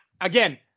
Again